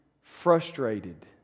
frustrated